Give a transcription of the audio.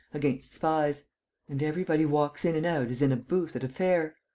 against spies and everybody walks in and out as in a booth at a fair.